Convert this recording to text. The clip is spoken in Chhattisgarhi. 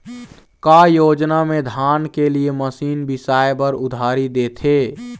का योजना मे धान के लिए मशीन बिसाए बर उधारी देथे?